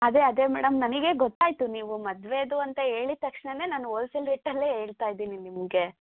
ಅದೇ ಅದೇ ಮೇಡಮ್ ನನಗೆ ಗೊತ್ತಾಯಿತು ನೀವು ಮದ್ವೆದು ಅಂತ ಹೇಳಿದ್ ತಕ್ಷಣ ನಾನು ಓಲ್ಸೇಲ್ ರೇಟಲ್ಲೇ ಹೇಳ್ತಯಿದ್ದೀನಿ ನಿಮಗೆ